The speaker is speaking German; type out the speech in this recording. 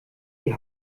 die